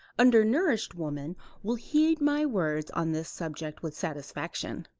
under-nourished woman will heed my words on this subject with satisfaction.